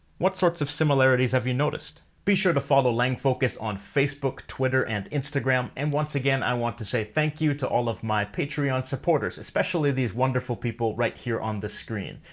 what sorts of similarities have you noticed? be sure to follow langfocus on facebook, twitter, and instagram. and once again i want to say thank you to all of my patreon supporters, especially these wonderful people right here on the screen,